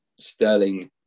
Sterling